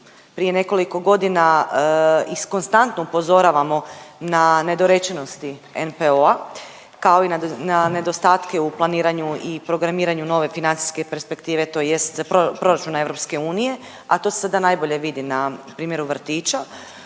prije nekoliko godina i konstantno upozoravamo na nedorečenosti NPO-a kao i na nedostatke u planiranju i programiranju nove financijske perspektive tj. proračuna Europske unije, a to se sada najbolje vidi na primjeru vrtića.